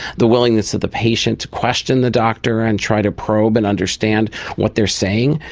the willingness of the patient to question the doctor and try to probe and understand what they are saying,